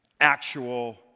actual